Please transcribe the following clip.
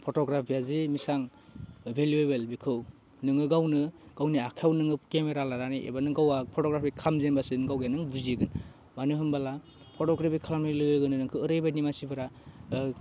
फट'ग्राफिया जि बिसां भेलुयेबोल बेखौ नोङो गावनो गावनि आखाइआवनो केमेरा एबा नों गावहा फट'ग्राफि खालामजेनबासो नों बुजिगोन मानो होनबोला फट'ग्राफि खालामनाय लोगो लोगोनो नोंखौ ओरैबायदि मानसिफोरा